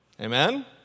Amen